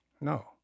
No